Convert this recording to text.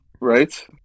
right